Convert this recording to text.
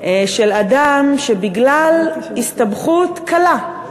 של אדם שבגלל הסתבכות קלה,